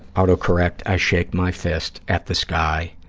auto-correct, i shake my fist at the sky,